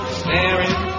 staring